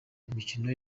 imikino